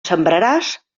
sembraràs